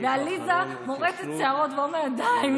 ועליזה מורטת שערות ואומרת: די,